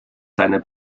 seiner